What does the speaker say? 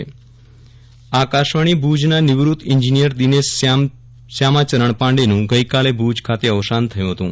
વિરલ રાણા અવસાન આકાશવાણી ભુજના નિવૃત ઇન્જિનીયર દિનેશ શ્યામાચરણ પાંડેનું ગઈકાલે ભુજ ખાતે અવસાન થયું હતું